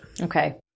Okay